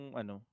ano